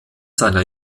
seiner